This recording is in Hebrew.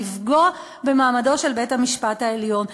לפגוע במעמדו של בית-המשפט העליון,